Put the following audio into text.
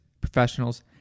professionals